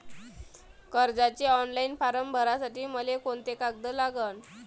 कर्जाचे online form भरासाठी मले कोंते कागद लागन?